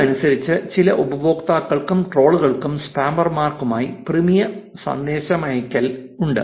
Q അനുസരിച്ച് ചില ഉപയോക്താക്കൾക്കും ട്രോളുകൾക്കും സ്പാമർമാർക്കുമായി പ്രീമിയം സന്ദേശമയയ്ക്കൽ ഉണ്ട്